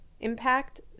impact